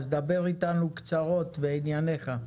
אז דבר איתנו קצרות בענייניך.